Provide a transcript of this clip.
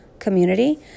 community